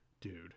dude